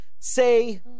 say